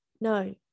no